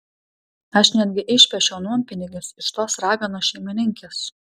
aš netgi išpešiau nuompinigius iš tos raganos šeimininkės